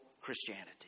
Christianity